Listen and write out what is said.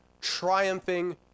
triumphing